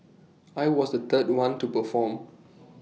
I was the third one to perform